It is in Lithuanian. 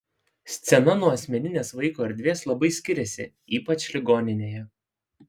scena nuo asmeninės vaiko erdvės labai skiriasi ypač ligoninėje